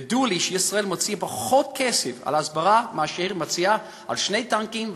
ידוע לי שישראל מוציאה פחות כסף על הסברה מאשר היא מוציאה על שני טנקים,